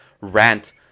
Rant